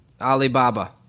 Alibaba